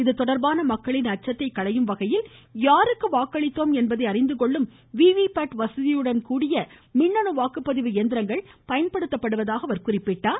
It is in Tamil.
இதுதொடர்பான மக்களின் அச்சத்தை களையும் வகையில் யாருக்கு வாக்களித்தோம் என்பதை அறிந்துகொள்ளும் ஏரீயுவு வசதியுடன் மின்னணு வாக்குப்பதிவு இயந்திரங்கள் பயன்படுத்தப்படுவதாக குறிப்பிட்டார்